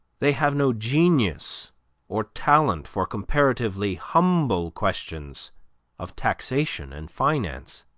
they have no genius or talent for comparatively humble questions of taxation and finance,